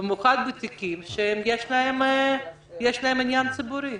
במיוחד בתיקים שיש בהם עניין ציבורי.